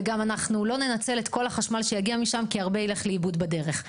וגם אנחנו לא ננצל את כל החשמל שיגיע משם כי הרבה ילך לאיבוד בדרך.